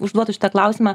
užduotų šitą klausimą